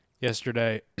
yesterday